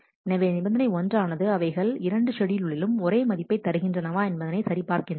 எனவே நிபந்தனை ஒன்றானது அவைகள் இரண்டு ஷெட்யூலிலும் ஒரே மதிப்பை தருகின்றனவா என்பதனை சரி பார்க்கின்றன